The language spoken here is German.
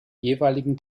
jeweiligen